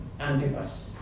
Antipas